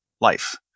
life